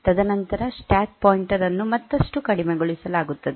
ತದನಂತರ stack pointer ಅನ್ನು ಮತ್ತಷ್ಟು ಕಡಿಮೆಗೊಳಿಸಲಾಗುತ್ತದೆ